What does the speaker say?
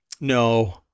No